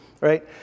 right